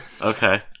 Okay